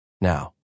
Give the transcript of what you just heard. now